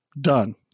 done